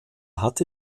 hatte